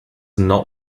not